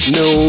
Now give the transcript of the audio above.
no